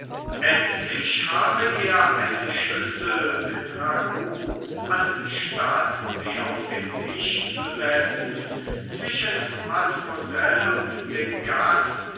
endlich habe er eine schüssel mit ragout anstatt sie auf den tisch zu setzen zwischen mademoiselle und den gast